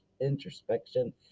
introspection